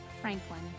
Franklin